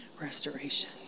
restoration